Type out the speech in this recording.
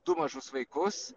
du mažus vaikus